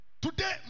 Today